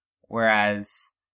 Whereas